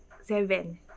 seven